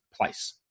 place